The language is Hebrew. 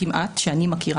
כמעט כל אחד שלפחות אני מכירה.